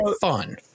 fun